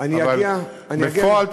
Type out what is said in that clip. אבל בפועל,